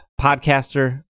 podcaster